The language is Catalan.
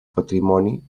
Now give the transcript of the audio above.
patrimoni